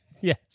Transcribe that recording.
Yes